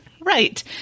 Right